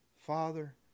Father